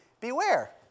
beware